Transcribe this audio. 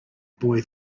boy